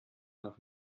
nach